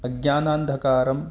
अज्ञानान्धःकारम्